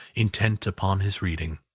intent upon his reading.